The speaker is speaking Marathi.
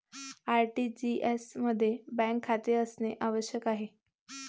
आर.टी.जी.एस मध्ये बँक खाते असणे आवश्यक आहे